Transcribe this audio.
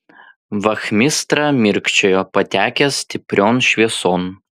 vachmistra mirkčiojo patekęs stiprion švieson